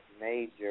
major